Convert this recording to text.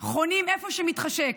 חונים איפה שמתחשק.